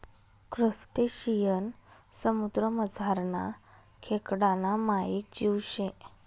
crustacean समुद्रमझारना खेकडाना मायेक जीव शे